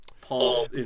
Paul